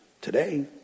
today